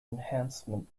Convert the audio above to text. enhancement